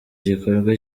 gikorwa